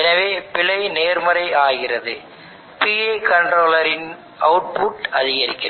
எனவே பிழை நேர்மறை ஆகிறது PI கன்ட்ரோலர் இன் அவுட்புட் அதிகரிக்கிறது